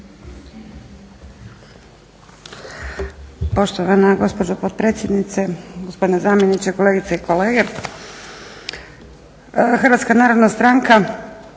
Poštovana gospođo potpredsjednice, gospodine zamjeniče, kolegice i kolege. HNS načelno nema